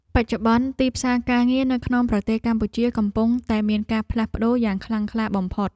បច្ចុប្បន្ន ទីផ្សារការងារនៅក្នុងប្រទេសកម្ពុជាកំពុងតែមានការផ្លាស់ប្តូរយ៉ាងខ្លាំងក្លាបំផុត។